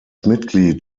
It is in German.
mitglied